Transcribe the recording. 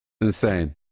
Insane